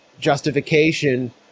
justification